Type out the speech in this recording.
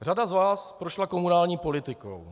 Řada z vás prošla komunální politikou.